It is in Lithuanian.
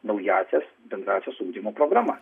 naująsias bendrąsias ugdymo programa